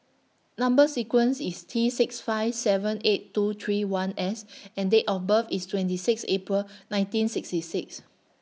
Number sequence IS T six five seven eight two three one S and Date of birth IS twenty six April nineteen sixty six